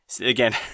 Again